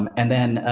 um and then, ah,